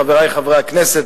חברי חברי הכנסת,